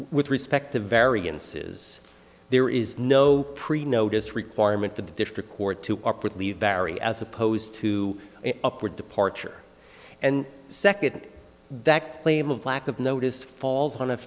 with respect to variances there is no pre notice requirement that the district court to corporate leave barry as opposed to upward departure and second that claim of lack of notice falls on a